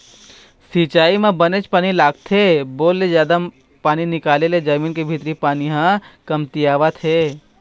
सिंचई म बनेच पानी लागथे, बोर ले जादा पानी निकाले ले जमीन के भीतरी के पानी ह कमतियावत हे